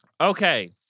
Okay